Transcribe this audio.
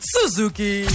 Suzuki